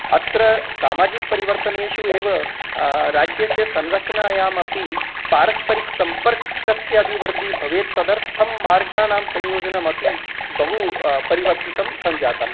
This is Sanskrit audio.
अत्र सामाजिकपरिवर्तनेषु एव राज्यस्य संरचनायाम् अपि पारस्परिकसम्पर्कस्य अभिवृद्धि भवेत् तदर्थं मार्गाणां संयोजनमपि बहु परिवर्तितं सञ्जातं